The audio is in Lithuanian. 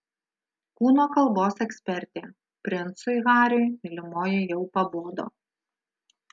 kūno kalbos ekspertė princui hariui mylimoji jau pabodo